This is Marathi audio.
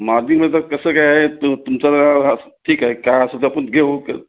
मार्जिन आता कसं काय तू तुमचा ठीक आहे काय असेल तर आपण घेऊ